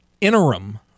interim